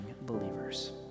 believers